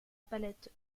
palette